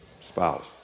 spouse